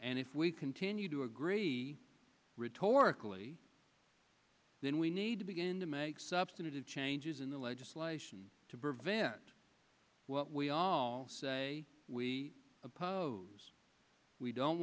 and if we continue to agree rhetorical then we need to begin to make substantive changes in the legislation to prevent what we all we oppose we don't